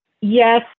Yes